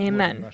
Amen